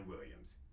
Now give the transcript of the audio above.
Williams